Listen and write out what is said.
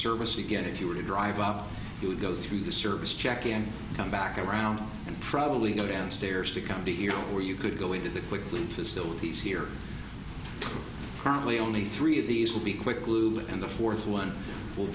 service again if you were to drive up you would go through the service check and come back around and probably go downstairs to come to here or you could go into the quickly facilities here currently only three of these will be quick lou and the fourth one will